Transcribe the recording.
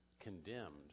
condemned